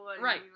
Right